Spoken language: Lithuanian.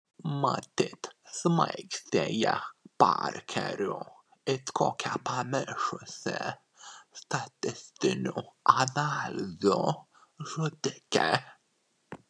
matyt smaigstė ją parkeriu it kokia pamišusi statistinių analizių žudikė